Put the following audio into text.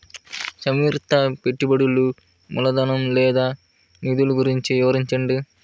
సంయుక్త పెట్టుబడులు మూలధనం లేదా నిధులు గురించి వివరించండి?